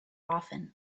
often